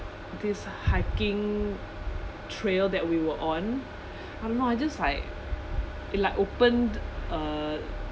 this hiking trail that we were on I don't know I just like it like opened uh